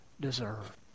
deserve